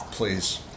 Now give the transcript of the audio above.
Please